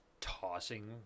tossing